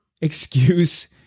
excuse